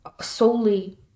solely